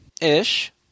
Ish